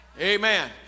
amen